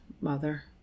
mother